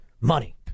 money